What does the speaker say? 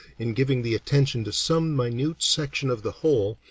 in giving the attention to some minute section of the whole,